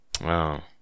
Wow